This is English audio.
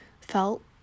felt